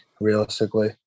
realistically